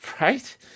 right